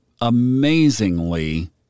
amazingly